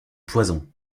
poison